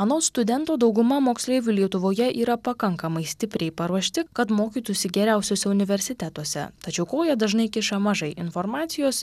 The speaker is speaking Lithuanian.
anot studento dauguma moksleivių lietuvoje yra pakankamai stipriai paruošti kad mokytųsi geriausiuose universitetuose tačiau koją dažnai kiša mažai informacijos